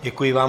Děkuji vám.